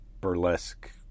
burlesque